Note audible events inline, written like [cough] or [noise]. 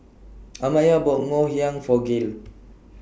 [noise] Amaya bought Ngoh Hiang For Gael